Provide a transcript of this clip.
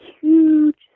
huge